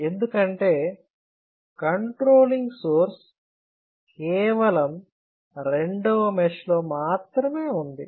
ఎందుకంటే controlling source కేవలం రెండవ మెష్ లో మాత్రమే ఉంది